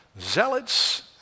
zealots